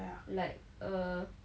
yeah